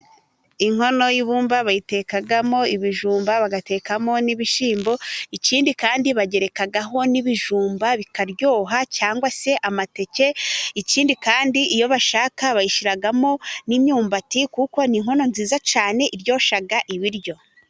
Inkono y'ibumba bayitekamo ibijumba, bagatekamo n'ibishyimbo ikindi kandi bagerekaho n'ibijumba bikaryoha cyangwa se amateke, ikindi kandi iyo bashaka bayishyiramo n'imyumbati, kuko ni inkono nziza ce iryoshya ibiryo.